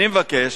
אני מבקש